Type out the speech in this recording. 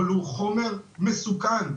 אבל הוא חומר מסוכן,